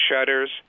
shutters